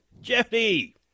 Jeffy